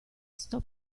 sto